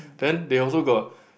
then they also got